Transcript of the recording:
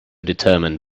determined